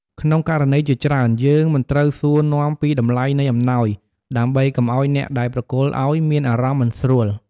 ក្នុងករណីជាច្រើន យើងមិនត្រូវសួរនាំពីតម្លៃនៃអំណោយ ដើម្បីកុំឱ្យអ្នកដែលប្រគល់អោយមានអារម្មណ៍មិនស្រួល។